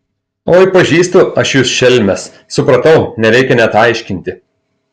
oi pažįstu aš jus šelmes supratau nereikia net aiškinti